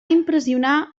impressionar